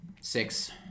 Six